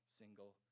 single